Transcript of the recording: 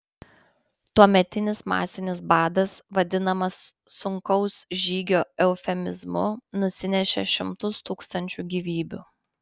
tuometinis masinis badas vadinamas sunkaus žygio eufemizmu nusinešė šimtus tūkstančių gyvybių